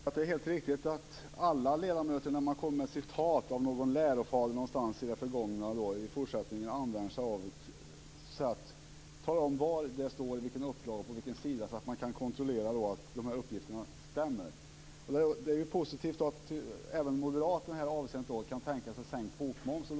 Fru talman! Jag tycker att det är helt riktigt att alla ledamöter som kommer med citat av någon lärofader någonstans i det förgångna talar om var det står, vilken upplaga det är och på vilken sida så att man kan kontrollera att uppgifterna stämmer. Det är positivt att även moderaterna kan tänka sig en sänkning av bokmomsen.